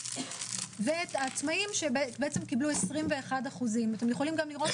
ואת העצמאיים שקיבלו 21%. אתם יכולים גם לראות